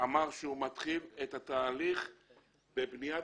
-- ואמר שהוא מתחיל את התהליך בבניית